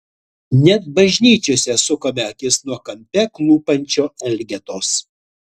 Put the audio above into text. net bažnyčiose sukame akis nuo kampe klūpančio elgetos